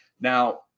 Now